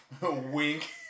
Wink